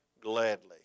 gladly